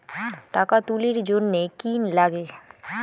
টাকা তুলির জন্যে কি লাগে?